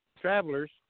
travelers